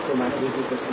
तो v 2 0